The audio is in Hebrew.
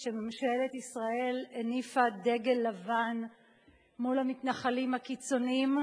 שממשלת ישראל הניפה דגל לבן מול המתנחלים הקיצונים,